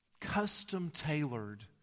custom-tailored